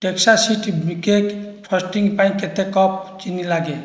Texas sheet cake frosting ପାଇଁ କେତେ cup ଚିନି ଲାଗେ